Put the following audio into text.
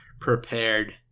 prepared